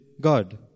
God